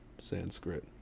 sanskrit